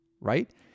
right